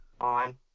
on